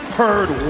heard